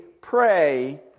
pray